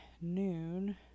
noon